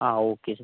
ആ okay sir